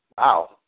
Wow